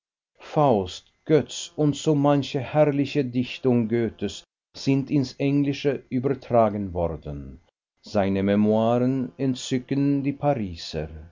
faust götz und so manche herrliche dichtung goethes sind ins englische übertragen worden seine memoiren entzücken die pariser